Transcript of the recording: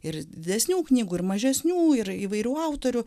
ir didesnių knygų ir mažesnių ir įvairių autorių